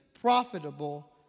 profitable